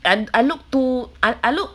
and I look too I I look